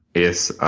is